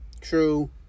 True